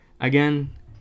again